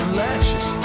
latches